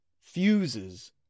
Fuses